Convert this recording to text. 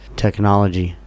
technology